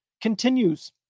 continues